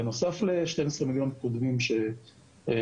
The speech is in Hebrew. בנוסף ל-12 מיליון קודמים שחילקנו.